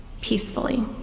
peacefully